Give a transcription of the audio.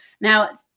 now